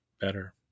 better